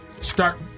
start